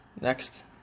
next